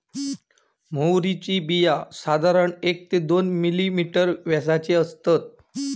म्होवरीची बिया साधारण एक ते दोन मिलिमीटर व्यासाची असतत